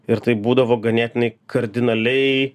ir tai būdavo ganėtinai kardinaliai